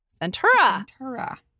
Ventura